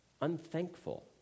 unthankful